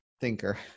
thinker